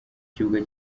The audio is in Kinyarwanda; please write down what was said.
ikibuga